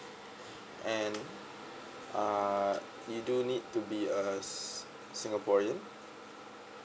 and uh you do need to be a singaporean